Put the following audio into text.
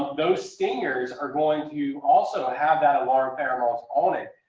those stingers are going to also have that alarm pheromone on it.